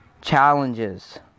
challenges